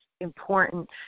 important